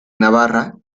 navarra